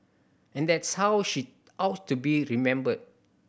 and that's how she ought to be remembered